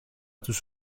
τους